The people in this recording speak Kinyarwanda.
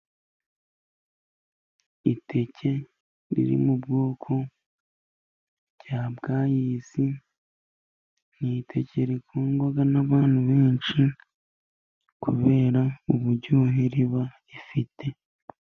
Iteke riri mu bwoko rya bwayisi, ni iteke rikundwa n'abantu benshi kubera uburyohe riba rifite.